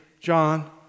John